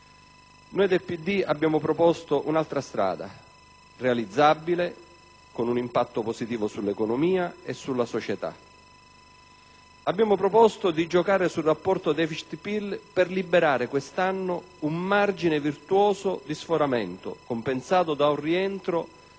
Democratico abbiamo proposto un'altra strada, realizzabile, con un impatto positivo sull'economia e sulla società; abbiamo proposto di giocare sul rapporto deficit-PIL per liberare quest'anno un margine virtuoso di sforamento, compensato da un rientro